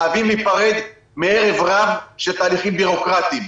חייבים להיפרד מערב-רב של תהליכים ביורוקרטיים.